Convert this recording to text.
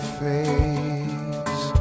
face